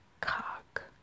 cock